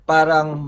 Parang